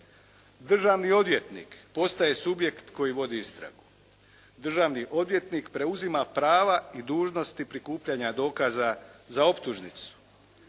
Državni odvjetnik postaje subjekt koji vodi istragu. Državni odvjetnik preuzima prava i dužnosti prikupljanja dokaza za optužnicu.